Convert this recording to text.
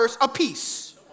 apiece